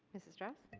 mrs. strauss.